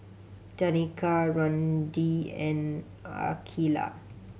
Danika Randi and Akeelah